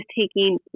taking